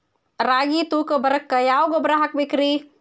ರಾಗಿ ತೂಕ ಬರಕ್ಕ ಯಾವ ಗೊಬ್ಬರ ಹಾಕಬೇಕ್ರಿ?